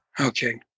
Okay